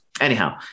Anyhow